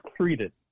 treated